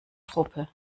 truppe